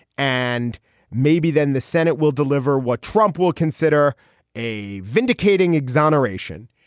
and maybe then the senate will deliver what trump will consider a vindicating exoneration.